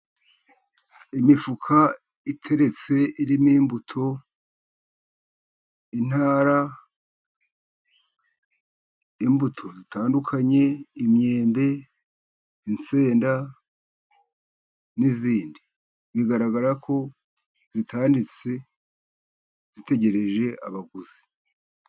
Imifuka iteretse irimo imbuto, intara, imbuto zitandukanye, imyembe, insenda, n'izindi. Bigaragara ko zitanditse, zitegereje abaguzi.